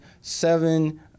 seven